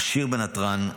עשיר בנתרן,